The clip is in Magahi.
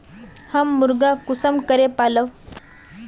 हम मुर्गा कुंसम करे पालव?